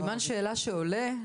הסימן שאלה שעולה,